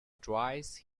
twice